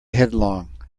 headlong